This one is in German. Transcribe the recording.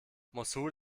mossul